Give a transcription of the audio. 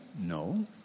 No